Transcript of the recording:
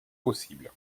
possible